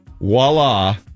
voila